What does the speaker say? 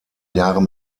jahre